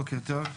בוקר טוב.